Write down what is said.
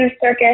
circus